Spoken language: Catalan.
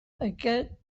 aquest